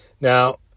Now